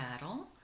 battle